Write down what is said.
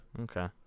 Okay